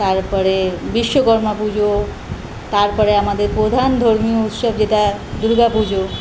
তারপরে বিশ্বকর্মা পুজো তারপরে আমাদের প্রধান ধর্মীয় উৎসব যেটা দুর্গা পুজো